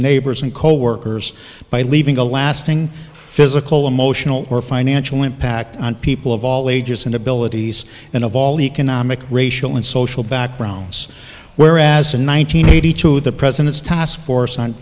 neighbors and coworkers by leaving a lasting physical emotional or financial impact on people of all ages and abilities and of all economic racial and social backgrounds whereas in one thousand nine hundred two the president's task force on